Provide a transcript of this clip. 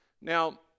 Now